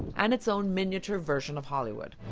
and its own miniature version of hollywood.